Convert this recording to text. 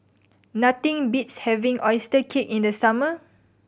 nothing beats having oyster cake in the summer